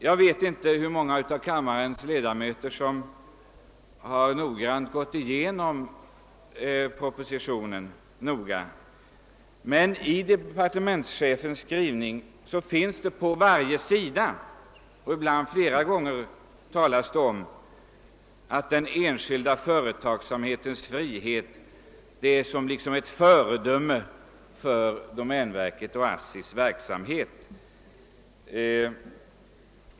Jag vet inte hur många av kammarens ledamöter som noggrant har läst propositionen, men i departementschefens skrivning talas det på varje sida och ibland flera gånger på varje sida om friheten i den enskilda företagsamheten som ett föredöme för domänverkets och ASSI:s verksamhet.